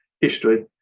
history